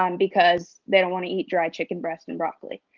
um because they don't wanna eat dry chicken breast and broccoli.